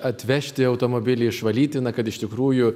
atvežti automobilį išvalyti na kad iš tikrųjų